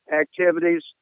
activities